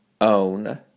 own